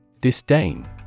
Disdain